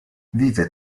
vive